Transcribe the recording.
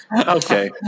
okay